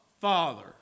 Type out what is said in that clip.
Father